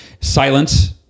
silence